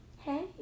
Hey